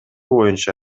боюнча